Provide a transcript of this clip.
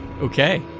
okay